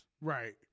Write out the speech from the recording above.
right